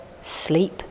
sleep